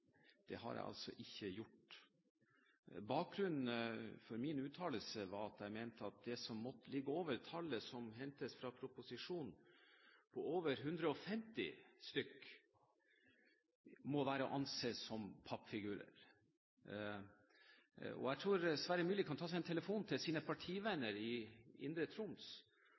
Det har jeg altså ikke gjort. Bakgrunnen for min uttalelse var at jeg mente at det som måtte ligge over tallet som hentes fra proposisjonen, over 150 stillinger. må være å anse som pappfigurer. Jeg tror Sverre Myrli kan ta en telefon til sine partivenner i Indre Troms